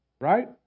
right